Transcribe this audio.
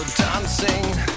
dancing